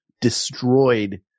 destroyed